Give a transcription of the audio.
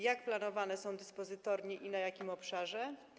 Jak planowane są dyspozytornie i na jakim obszarze?